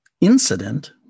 incident